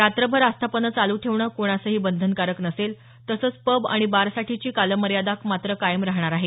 रात्रभर आस्थापनं चालू ठेवणं कोणासही बंधनकारक नसेल तसंच पब आणि बारसाठीची कालमर्यादा मात्र कायम राहणार आहे